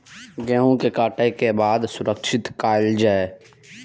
गेहूँ के काटे के बाद सुरक्षित कायल जाय?